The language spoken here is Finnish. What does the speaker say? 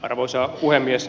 arvoisa puhemies